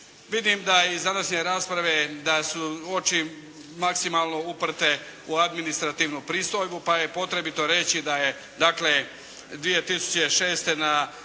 Vidim da je iz današnje rasprave da su oči maksimalno uprte u administrativnu pristojbu, pa je potrebito reći da je dakle 2006. na